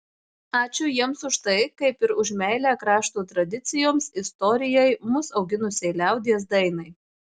ačiū jiems už tai kaip ir už meilę krašto tradicijoms istorijai mus auginusiai liaudies dainai